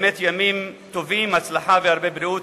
באמת, ימים טובים, הצלחה והרבה בריאות.